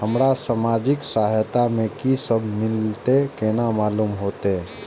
हमरा सामाजिक सहायता में की सब मिलते केना मालूम होते?